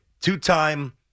two-time